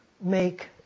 make